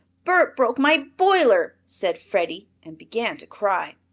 bert broke my boiler! said freddie, and began to cry.